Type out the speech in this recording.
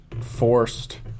forced